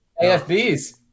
afbs